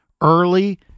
early